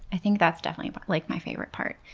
i think that's definitely but like my favorite part.